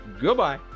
Goodbye